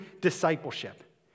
discipleship